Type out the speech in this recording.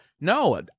no